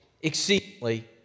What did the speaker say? exceedingly